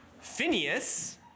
Phineas